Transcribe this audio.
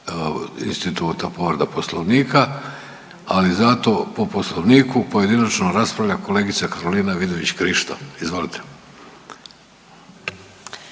instituta povreda poslovnika, ali zato po poslovniku pojedinačno raspravlja kolegica Karolina Vidović Krišto, izvolite.